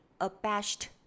abashed